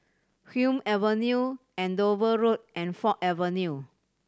Hume Avenue Andover Road and Ford Avenue